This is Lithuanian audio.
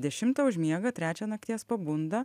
dešimtą užmiega trečią nakties pabunda